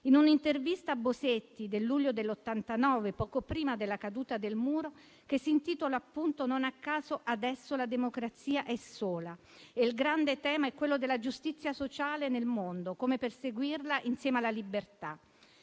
In un'intervista a Bosetti del luglio del 1989, poco prima della caduta del muro, che si intitola appunto, non a caso, «Adesso la democrazia è sola», il grande tema è quello della giustizia sociale nel mondo e come perseguirla insieme alla libertà.